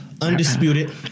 Undisputed